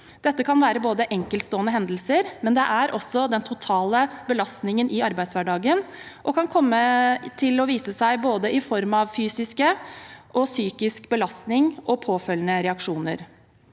Dette kan være enkeltstående hendelser, men det er også den totale belastningen i arbeidshverdagen, og det kan vise seg i form av både fysisk og psykisk belastning og påfølgende reaksjoner.